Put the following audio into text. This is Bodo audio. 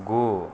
गु